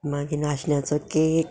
मागीर नाशन्याचो केक